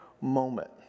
moment